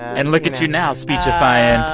and look at you now speechifying